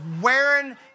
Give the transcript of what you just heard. wearing